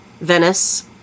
Venice